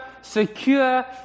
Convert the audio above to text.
secure